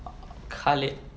kalid